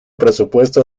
presupuesto